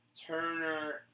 Turner